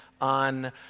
on